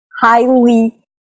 highly